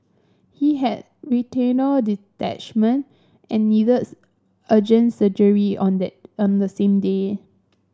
he had retinal detachment and needed urgent surgery on the on the same day